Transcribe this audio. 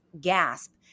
gasp